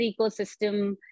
ecosystem